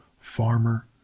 farmer